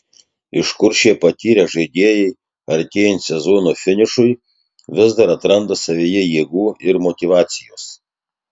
iš kur šie patyrę žaidėjai artėjant sezono finišui vis dar atranda savyje jėgų ir motyvacijos